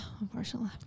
unfortunately